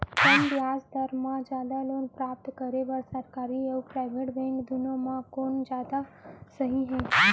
कम ब्याज दर मा जादा लोन प्राप्त करे बर, सरकारी अऊ प्राइवेट बैंक दुनो मा कोन जादा सही हे?